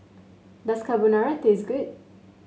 does Carbonara taste good